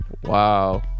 Wow